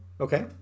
Okay